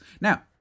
Now